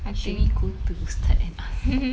should we go to ustaz and ask